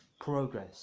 progress